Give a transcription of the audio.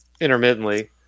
intermittently